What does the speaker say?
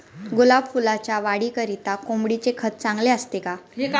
गुलाब फुलाच्या वाढीकरिता कोंबडीचे खत चांगले असते का?